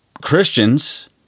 Christians